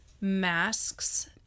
masks